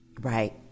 Right